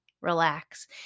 relax